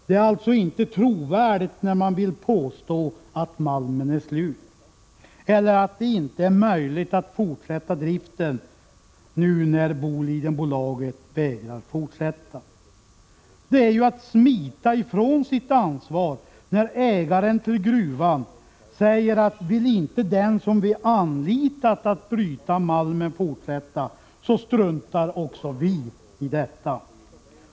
Det är alltså inte trovärdigt när man vill påstå att malmen är slut, eller att det inte är möjligt att fortsätta driften nu när Bolidenbolaget vägrar fortsätta. Det är ju att smita ifrån sitt ansvar, när ägaren till gruvan säger att vill inte den som vi anlitat att bryta malm fortsätta, så struntar vi också i detta.